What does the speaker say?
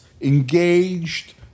engaged